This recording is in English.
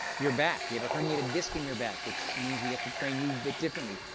your back. do you have a herniated disc in your back, which means we have to train you a bit differently.